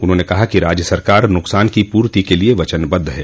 उन्होंने कहा कि राज्य सरकार नुकसान की पूर्ति के लिए वचनबद्व है